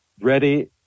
ready